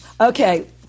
okay